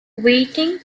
waiting